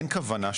אין כוונה,